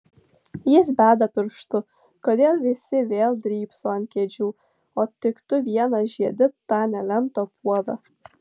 jis beda pirštu kodėl visi vėl drybso ant kėdžių o tik tu vienas žiedi tą nelemtą puodą